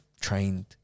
trained